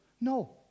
No